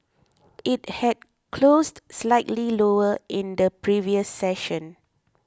it had closed slightly lower in the previous session